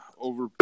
over